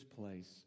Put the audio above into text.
place